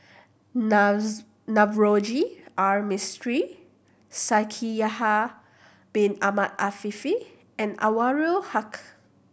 Navroji R Mistri Shaikh Yahya Bin Ahmed Afifi and Anwarul Haque